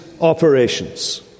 Operations